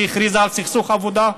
שהכריזה על סכסוך עבודה?